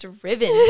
driven